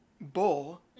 bull